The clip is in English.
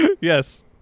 Yes